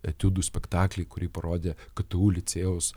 etiudų spektaklį kurį parodė ktu licėjaus